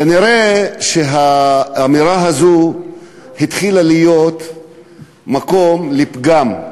כנראה האמירה הזאת התחילה להיות מקום לפגם.